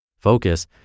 Focus